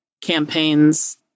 campaigns